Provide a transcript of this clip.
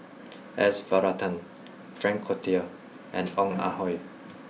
S Varathan Frank Cloutier and Ong Ah Hoi